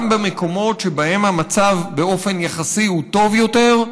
גם במקומות שבהם המצב הוא באופן יחסי טוב יותר,